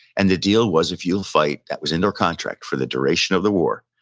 and the deal was if you'll fight, that was in their contract, for the duration of the war,